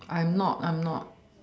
I'm not I'm not